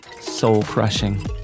soul-crushing